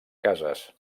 cases